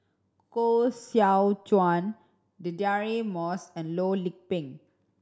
Koh Seow Chuan Deirdre Moss and Loh Lik Peng